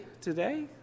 today